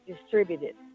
distributed